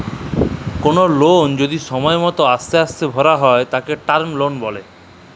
call লল যদি ছময় মত অস্তে অস্তে ভ্যরা হ্যয় উয়াকে টার্ম লল ব্যলে